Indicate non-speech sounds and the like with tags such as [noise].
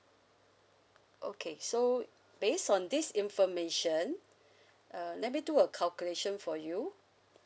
okay so based on this information [breath] uh let me do a calculation for you